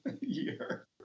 year